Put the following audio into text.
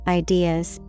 ideas